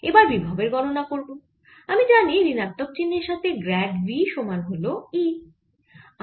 এবার বিভবের গণনা করব আমি জানি ঋণাত্মক চিহ্নের সাথে গ্র্যাড v সমান হল E